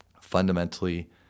fundamentally